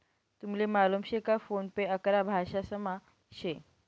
तुमले मालूम शे का फोन पे अकरा भाषांसमा शे